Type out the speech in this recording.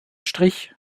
strich